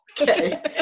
okay